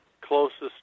closest